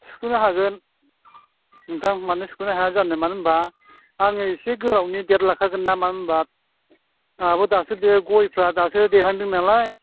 सुख'नो हागोन नोंथां मानो सुख'नो हाया जानो मानो होमब्ला आङो एसे गोलावनि डेट लाखागोन ना मानो होमब्ला आंहाबो दासो बे गयफ्रा दासो देरहांदों नालाय